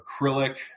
acrylic